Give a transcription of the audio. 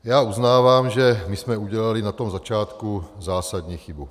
Já uznávám, že my jsme udělali na tom začátku zásadní chybu.